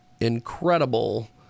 incredible